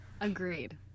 agreed